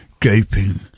gaping